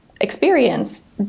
experience